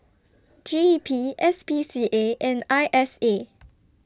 G E P S P C A and I S A